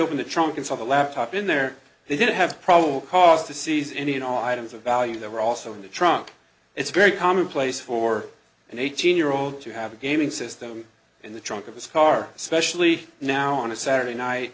open the trunk inside the laptop in there they didn't have probable cause to seize any you know items of value there were also in the trunk it's very commonplace for an eighteen year old to have a gaming system in the trunk of his car especially now on a saturday night